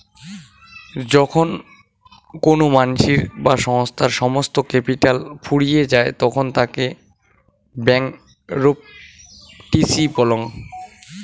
যখন কোনো মানসির বা সংস্থার সমস্ত ক্যাপিটাল ফুরিয়ে যায় তখন তাকে ব্যাংকরূপটিসি বলং